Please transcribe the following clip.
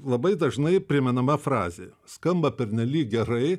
labai dažnai primenama frazė skamba pernelyg gerai